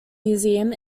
museum